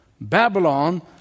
Babylon